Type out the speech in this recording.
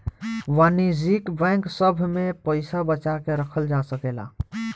वाणिज्यिक बैंक सभ में पइसा बचा के रखल जा सकेला